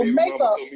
makeup